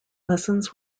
lessons